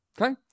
Okay